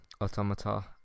automata